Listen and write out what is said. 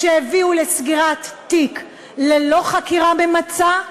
שהביאו לסגירת תיק ללא חקירה ממצה,